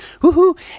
woohoo